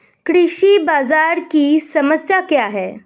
कृषि बाजार की समस्या क्या है?